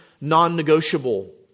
non-negotiable